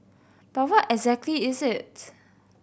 but what exactly is its